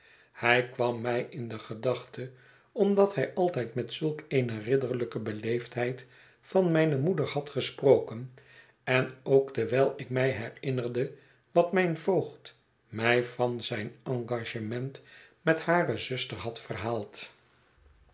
hij kwam mij in de gedachte omdat hij altijd met zulk eene ridderlijke beleefdheid van mijne moeder had gesproken en ook dewijl ik mij herinnerde wat mijn voogd mij van zijn engagement met hare zuster had verhaald